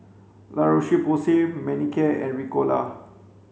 La Roche Porsay Manicare and Ricola